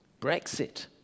Brexit